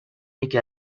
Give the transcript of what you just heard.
یکی